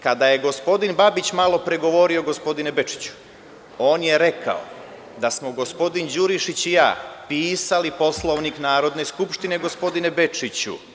Kada je gospodin Babić malopre govorio, gospodine Bečiću, on je rekao da smo gospodin Đurišić i ja pisali Poslovnik Narodne skupštine, gospodine Bečiću…